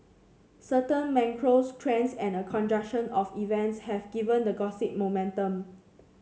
certain macro trends and a conjunction of events have given the gossip momentum